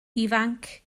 ifanc